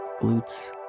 glutes